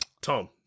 Tom